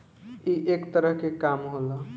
ई एक तरह के काम होला